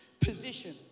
position